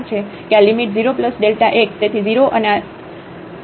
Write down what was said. તેથી 0 અને આ f 0 0 Δ x દ્વારા વિભાજિત